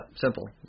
simple